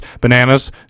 bananas